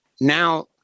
now